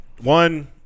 one